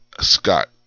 Scott